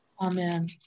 Amen